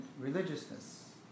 religiousness